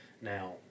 Now